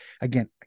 again